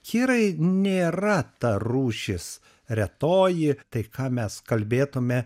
kirai nėra ta rūšis retoji tai ką mes kalbėtume